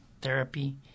therapy